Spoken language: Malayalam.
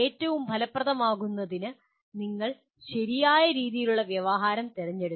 ഏറ്റവും ഫലപ്രദമാകുന്നതിന് നിങ്ങൾ ശരിയായ തരത്തിലുള്ള വ്യവഹാരം തിരഞ്ഞെടുക്കണം